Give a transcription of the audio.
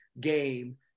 game